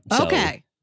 okay